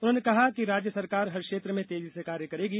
उन्होंने कहा कि राज्य सरकार हर क्षेत्र में तेजी से कार्य करेगी